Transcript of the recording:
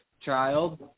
child